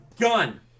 gun